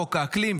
חוק האקלים.